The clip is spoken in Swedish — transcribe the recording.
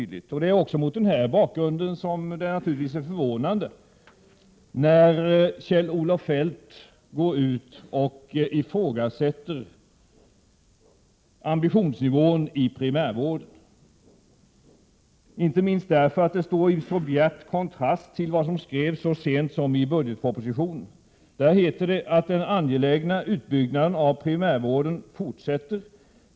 Det är naturligtvis förvånande när Kjell-Olof Feldt går ut och ifrågasätter ambitionsnivån i primärvården, inte minst därför att det står i bjärt kontrast till vad som skrevs så sent som i budgetpropositionen. Där heter det att den angelägna utbyggnaden av primärvården fortsätter.